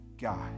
God